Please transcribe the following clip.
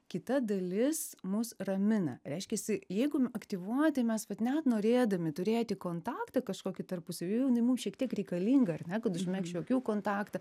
kita dalis mus ramina reiškiasi jeigu aktyvuoja tai mes vat net norėdami turėti kontaktą kažkokį tarpusavy jau jinai mums šiek tiek reikalinga ar ne kad užmgezčiaui akių kontaktą